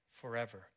forever